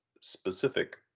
specific